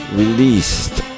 released